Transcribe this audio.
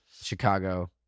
Chicago